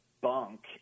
bunk